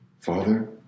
Father